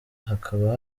hakaba